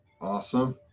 Awesome